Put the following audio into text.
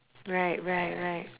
right right right